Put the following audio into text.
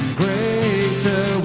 greater